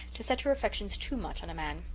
to set your affections too much on a man,